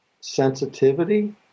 sensitivity